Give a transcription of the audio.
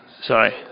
sorry